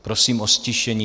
Prosím o ztišení.